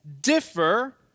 differ